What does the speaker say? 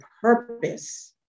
purpose